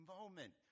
moment